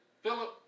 Philip